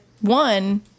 one